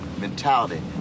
mentality